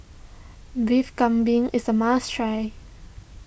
Beef Galbi is a must try